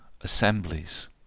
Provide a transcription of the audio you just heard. assemblies